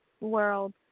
world